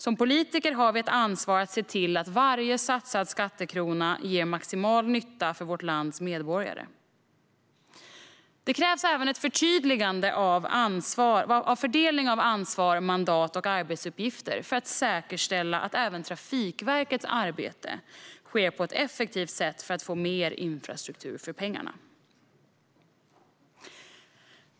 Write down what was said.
Som politiker har vi ett ansvar att se till att varje satsad skattekrona är till maximal nytta för vårt lands medborgare. Det krävs även ett förtydligande av fördelning av ansvar, mandat och arbetsuppgifter för att säkerställa att även Trafikverkets arbete sker på ett effektivt sätt för att få mer infrastruktur för pengarna.